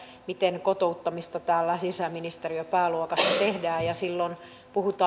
miten kotouttamista täällä sisäministeriön pääluokassa tehdään ja silloin puhutaan siitä